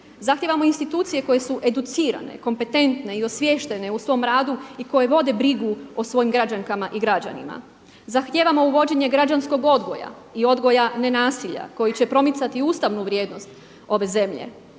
zahtijevamo institucije koje su educirane, kompetentne i osviještene u svom radu i koje vode brigu o svojim građankama i građanima, zahtijevamo uvođenje građanskog odgoja i odgoja ne nasilja koji će promicati ustavnu vrijednost ove zemlje,